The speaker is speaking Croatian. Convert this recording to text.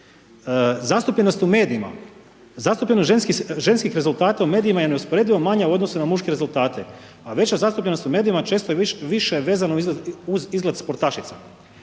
Zastupljenost u medijima, zastupljenost ženskim rezultata u medijima je neusporedivo manja u odnosu na muške rezultate, a veća zastupljenost u medijima često je više vezana uz izgled sportašica.